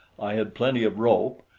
i had plenty of rope,